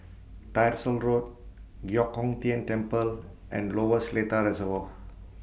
Tyersall Road Giok Hong Tian Temple and Lower Seletar Reservoir